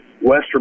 western